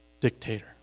dictator